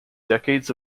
decades